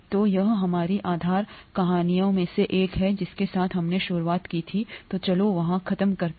तो यह हमारी आधार कहानियों में से एक है जिसके साथ हमने शुरुआत की थी तो चलो वहाँ खत्म करते हैं